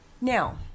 Now